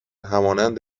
همانند